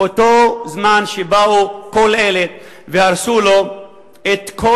באותו זמן שבאו כל אלה והרסו לו את כל